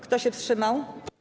Kto się wstrzymał?